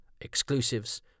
exclusives